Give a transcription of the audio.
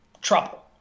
trouble